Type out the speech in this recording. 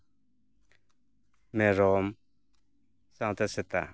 ᱢᱮᱨᱚᱢ ᱥᱟᱶᱛᱮ ᱥᱮᱛᱟ